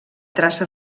traça